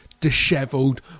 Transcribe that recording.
dishevelled